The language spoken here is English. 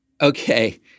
okay